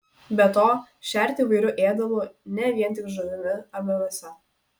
be to šerti įvairiu ėdalu ne vien tik žuvimi arba mėsa